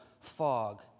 fog